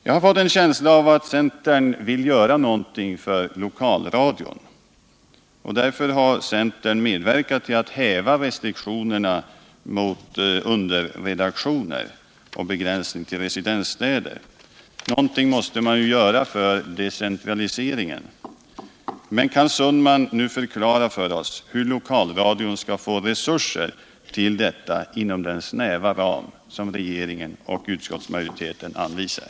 Jag har fått en känsla av att centern vill göra någonting för lokalradion och därför har medverkat till att häva restriktionerna i fråga om underredaktioner och begränsningen till residensstäder — någonting måste man ju göra för decentraliseringen. Men kan Per Olof Sundman nu förklara för oss hur lokalradion skall få resurser till detta inom den snäva ram som regeringen och utskottsmajoriteten anvisar?